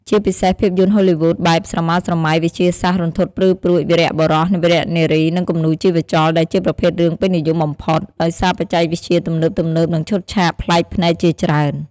ជាពិសេសភាពយន្តហូលីវូដបែប ស្រមើស្រមៃ, វិទ្យាសាស្រ្ត, រន្ធត់ព្រឺព្រួច, វីរបុរស វីរនារី និង គំនូរជីវចល ដែលជាប្រភេទរឿងពេញនិយមបំផុត ដោយសារបច្ចេកវិទ្យាទំនើបៗ និងឈុតឆាកប្លែកភ្នែកជាច្រើន។